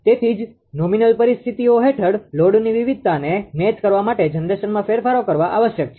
તેથી જ નોમિનલ પરિસ્થિતિઓ હેઠળ લોડની વિવિધતાને મેચ કરવા માટે જનરેશનમાં ફેરફારો કરવા આવશ્યક છે